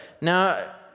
Now